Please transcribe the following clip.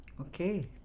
Okay